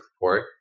report